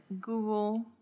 Google